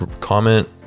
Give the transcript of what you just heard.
Comment